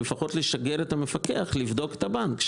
לפחות לשגר את המפקח לבדוק את הבנק,